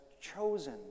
chosen